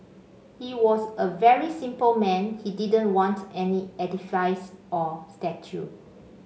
he was a very simple man he didn't want any edifice or statue